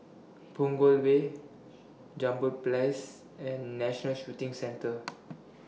Punggol Way Jambol Place and National Shooting Center